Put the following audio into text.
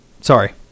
Sorry